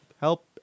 help